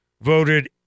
voted